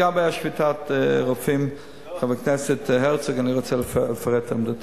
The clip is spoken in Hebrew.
לגבי שביתת הרופאים אני רוצה לפרט את עמדתי.